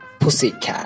pussycat